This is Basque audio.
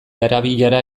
arabiara